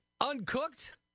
uncooked